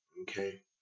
okay